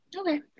Okay